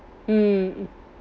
mm